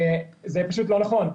זה פשוט לא נכון.